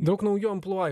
daug naujų amplua